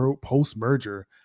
post-merger